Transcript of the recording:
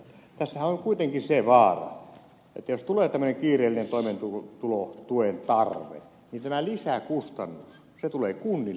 tässähän on kuitenkin se vaara että jos tulee tämmöinen kiireellinen toimeentulotuen tarve niin tämä lisäkustannus tulee kunnille